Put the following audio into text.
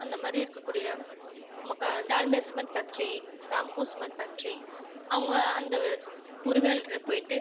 அந்த மாதிரி இருக்கக்கூடிய நமக்கு Dalmia cement factory Ramco cement factory அவங்க அந்த உரிமையாளரிட்ட போய்ட்டு